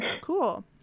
Cool